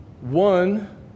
one